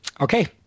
Okay